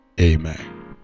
Amen